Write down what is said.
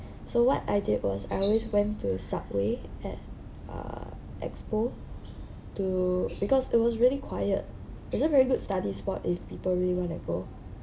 so what I did was I always went to a subway at uh expo to because it was really quiet it's a very good study spot if people really want to go